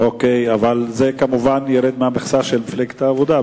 אוקיי, אבל זה כמובן ירד מהמכסה של מפלגת העבודה.